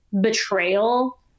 betrayal